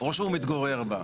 או שהוא מתגורר בה,